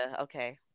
Okay